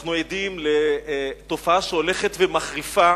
אנו עדים לתופעה שהולכת ומחריפה